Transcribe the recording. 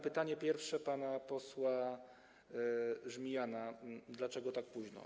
Pytanie pierwsze pana posła Żmijana: Dlaczego tak późno?